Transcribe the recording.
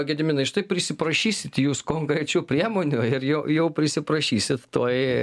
gediminai štai prisiprašysit jūs konkrečių priemonių ir jau jau prisiprašysit tuoj